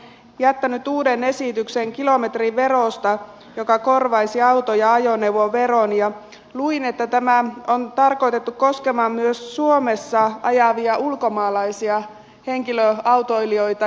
hän on jättänyt uuden esityksen kilometriverosta joka korvaisi auto ja ajoneuvoveron ja luin että tämä on tarkoitettu koskemaan myös suomessa ajavia ulkomaalaisia henkilöautoilijoita